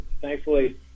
thankfully